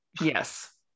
Yes